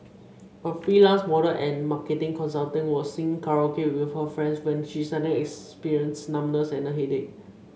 a freelance model and marketing consultant was singing karaoke with her friends when she suddenly experienced numbness and a headache